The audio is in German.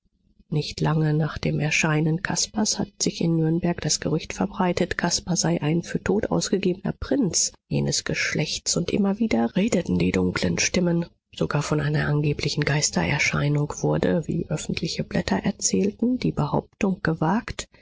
nicht lange nach dem erscheinen caspars hat sich in nürnberg das gerücht verbreitet caspar sei ein für tot ausgegebener prinz jenes geschlechts und immer wieder redeten die dunkeln stimmen sogar von einer angeblichen geistererscheinung wurde wie öffentliche blätter erzählten die behauptung gewagt